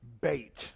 bait